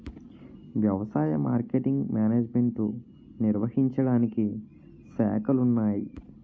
వ్యవసాయ marketing management నిర్వహించడానికి శాఖలున్నాయి